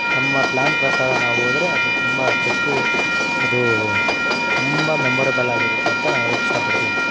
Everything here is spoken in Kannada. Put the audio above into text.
ನಮ್ಮ ಪ್ಲಾನ್ ಪ್ರಕಾರ ನಾವು ಹೋದ್ರೆ ಅದು ತುಂಬ ಟ್ರಿಪ್ಪು ಅದು ತುಂಬ ಮೆಮೊರೇಬಲ್ ಆಗಿರುತ್ತೆ ಅಂತ ನಾನು ಹೇಳಕ್ ಇಷ್ಟಪಡ್ತೀನಿ